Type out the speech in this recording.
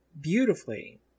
beautifully